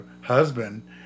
husband